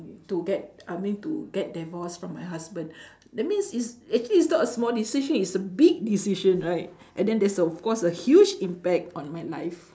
to get I mean to get divorce from my husband that means it's actually it's not a small decision it's a big decision right and then there's of course a huge impact on my life